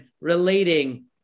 relating